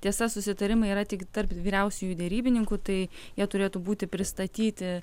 tiesa susitarimai yra tik tarp vyriausiųjų derybininkų tai jie turėtų būti pristatyti